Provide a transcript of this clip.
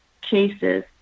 cases